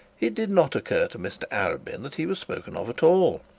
it did not occur to mr arabin that he was spoken of at all.